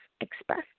express